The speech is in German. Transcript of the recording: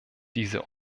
diese